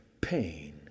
pain